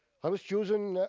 i was chosen,